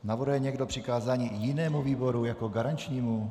Navrhuje někdo přikázání jinému výboru jako garančnímu?